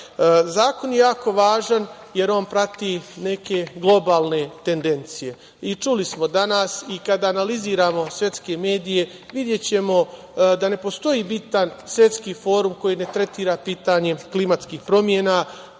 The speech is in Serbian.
je jako važan, jer on prati neke globalne tendencije. Čuli smo danas, i kad analiziramo svetske medije, videćemo da ne postoji bitan svetski forum koji ne tretira pitanje klimatskih promena,